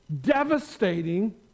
devastating